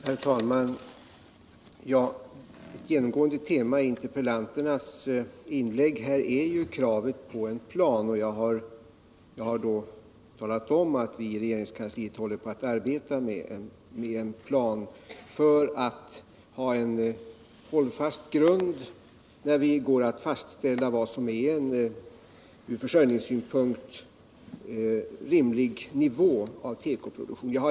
Herr talman! Ett genomgående tema 1 interpellanternas inlägg här är kravet på en plan. Jag har talat om, att vi i regeringskansliet håller på att arbeta med en plan för att ha en hållfast grund när vi går att fastställa vad som är en från försörjningssynpunkt rimlig nivå av tekoproduktion.